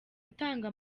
gutanga